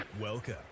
Welcome